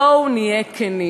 בואו נהיה כנים.